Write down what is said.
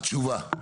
מה התשובה?